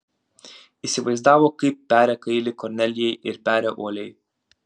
įsivaizdavo kaip peria kailį kornelijai ir peria uoliai